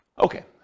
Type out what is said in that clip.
okay